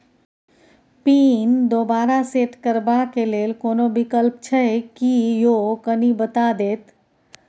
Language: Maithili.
पिन दोबारा सेट करबा के लेल कोनो विकल्प छै की यो कनी बता देत?